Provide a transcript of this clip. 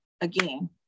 again